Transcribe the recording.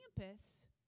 campus